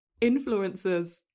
influencers